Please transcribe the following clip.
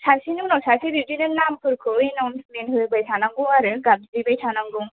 सासेनि उनाव सासे बिदिनो नामफोरखौ एनाउन्चमेन्ट होबाय थानांगौ आरो गाबज्रिबाय थानांगौ